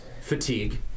fatigue